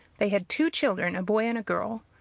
they had two children, a boy and girl.